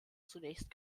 zunächst